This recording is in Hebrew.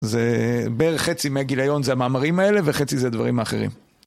זה בערך חצי מהגיליון זה המאמרים האלה, וחצי זה דברים אחרים.